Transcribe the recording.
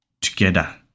together